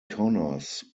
connors